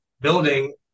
building